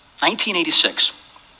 1986